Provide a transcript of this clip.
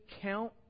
count